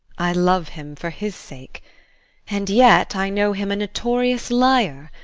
i love him for his sake and yet i know him a notorious liar,